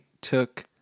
took